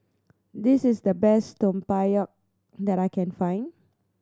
this is the best Tempoyak that I can find